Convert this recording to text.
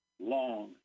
long